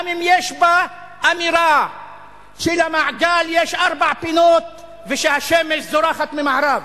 גם אם יש בה אמירה שלמעגל יש ארבע פינות ושהשמש זורחת ממערב.